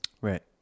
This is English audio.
Right